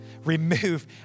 Remove